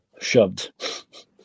shoved